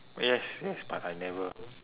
yes yes but I never